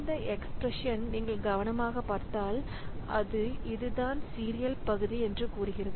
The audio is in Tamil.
இந்த எக்ஸ்பிரஷன் நீங்கள் கவனமாகப் பார்த்தால் அது இதுதான் சீரியல் பகுதி என்று கூறுகிறது